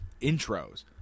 intros